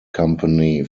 company